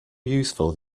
useful